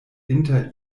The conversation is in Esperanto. inter